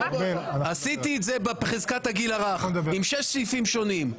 עשיתי את זה בחזקת הגיל הרך עם 6 סעיפים שונים.